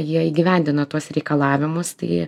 jie įgyvendina tuos reikalavimus tai